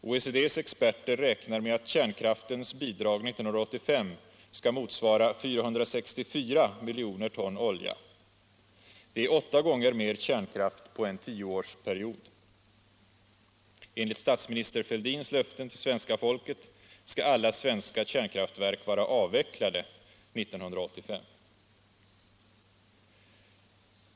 OECD:s experter räknar med att kärnkraftens bidrag 1985 skall motsvara 464 miljoner ton olja. Det är åtta gånger mer kärnkraft på en tioårsperiod. — Enligt statsminister Fälldins löfte till svenska folket skall alla svenska kärnkraftverk vara avvecklade 1985.